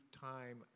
time